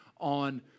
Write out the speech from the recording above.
on